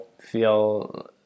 feel